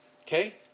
Okay